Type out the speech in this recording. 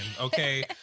okay